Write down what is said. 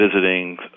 visiting